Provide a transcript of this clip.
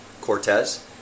Cortez